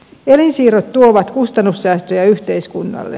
elinsiirrot tuovat kustannussäästöjä yhteiskunnalle